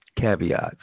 caveats